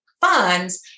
funds